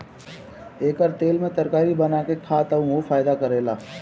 एकर तेल में तरकारी बना के खा त उहो फायदा करेला